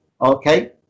Okay